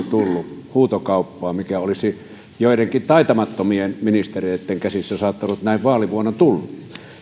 tullut huutokauppaa mikä olisi joidenkin taitamattomien ministereitten käsissä saattanut näin vaalivuonna tulla